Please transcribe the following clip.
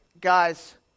guys